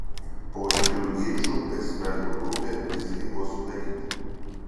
po aštrių ginčų ekspertų grupė visgi buvo sudaryta